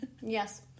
Yes